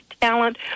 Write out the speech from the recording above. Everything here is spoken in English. talent